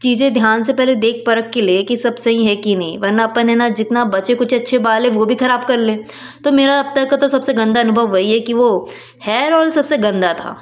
चीज़ें ध्यान से पहले देख परख के लें कि सब सही है कि नहीं वरना अपन है न जितना बच्चे कुचे अच्छे बाल है वो भी ख़राब कर लें तो मेरा अब तक का तो सबसे गन्दा अनुभव वही है कि वो हेयर ओएल सबसे गन्दा था